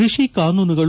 ಕೃಷಿ ಕಾನೂನುಗಳು